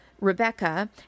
Rebecca